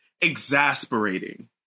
exasperating